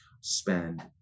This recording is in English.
spend